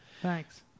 Thanks